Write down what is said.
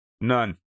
none